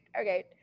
okay